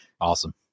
Awesome